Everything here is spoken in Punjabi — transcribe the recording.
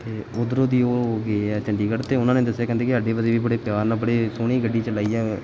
ਅਤੇ ਉੱਧਰੋਂ ਦੀ ਉਹ ਗਏ ਹੈ ਚੰਡੀਗੜ੍ਹ ਅਤੇ ਉਹਨਾਂ ਨੇ ਦੱਸਿਆ ਕਹਿੰਦੇ ਕਿ ਸਾਡੀ ਵਾਰੀ ਵੀ ਬੜੇ ਪਿਆਰ ਨਾਲ ਬੜੀ ਸੋਹਣੀ ਗੱਡੀ ਚਲਾਈ ਹੈ